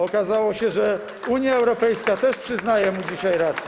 Okazało się, że Unia Europejska też przyznaje mu dzisiaj rację.